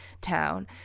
town